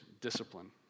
discipline